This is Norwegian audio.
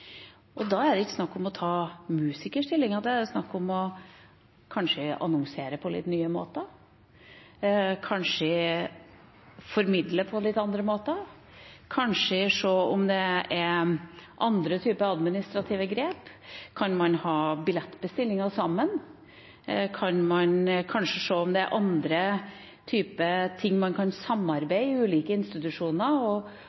klarer. Da er det ikke snakk om å ta musikerstillinger, da er det snakk om kanskje å annonsere på litt nye måter, kanskje formidle på litt andre måter, kanskje se om det fins andre typer administrative grep – kan man ha billettbestillinger sammen, kan man kanskje se på om det er andre typer ting man samarbeide med ulike institusjoner om og